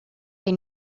they